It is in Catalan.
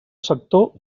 sector